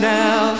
now